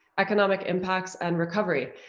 economic impacts and recovery.